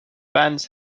bands